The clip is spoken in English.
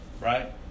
right